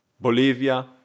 Bolivia